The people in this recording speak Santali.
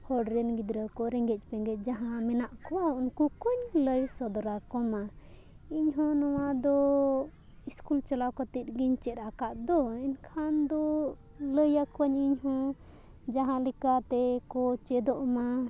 ᱦᱚᱲ ᱨᱮᱱ ᱜᱤᱫᱽᱨᱟᱹ ᱠᱚ ᱨᱮᱸᱜᱮᱡ ᱯᱮᱸᱜᱮᱡ ᱡᱟᱦᱟᱸ ᱢᱮᱱᱟᱜ ᱠᱚᱣᱟ ᱩᱱᱠᱩ ᱠᱚᱧ ᱞᱟᱹᱭ ᱥᱚᱫᱚᱨ ᱟᱠᱚᱢᱟ ᱤᱧ ᱦᱚᱸ ᱱᱚᱣᱟ ᱫᱚ ᱥᱠᱩᱞ ᱪᱟᱞᱟᱣ ᱠᱟᱛᱮ ᱜᱤᱧ ᱪᱮᱫ ᱟᱠᱟᱫ ᱫᱚ ᱮᱱᱠᱷᱟᱱ ᱫᱚ ᱞᱟᱹᱭᱟᱠᱚᱣᱟᱹᱧ ᱤᱧ ᱦᱚᱸ ᱡᱟᱦᱟᱸ ᱞᱮᱠᱟᱛᱮᱠᱚ ᱪᱮᱫᱚᱜ ᱢᱟ